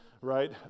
right